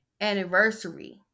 anniversary